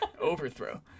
overthrow